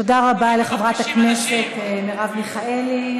תודה רבה לחברת הכנסת מרב מיכאלי.